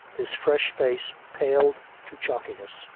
his fresh face paled to chalkiness,